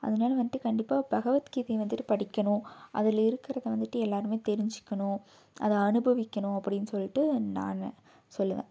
அதனால வந்துட்டு கண்டிப்பாக பகவத்கீதை வந்துட்டு படிக்கணும் அதில்இருக்கிறத வந்துட்டு எல்லோருமே தெரிஞ்சுக்கணும் அதை அனுபவிக்கணும் அப்படின் சொல்லிட்டு நான் சொல்லுவேன்